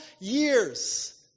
years